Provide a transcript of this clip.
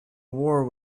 war